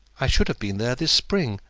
i should have been there this spring,